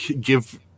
give